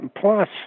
Plus